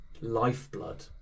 lifeblood